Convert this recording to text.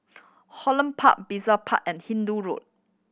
Holland Park Brizay Park and Hindoo Road